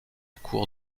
cour